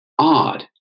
Odd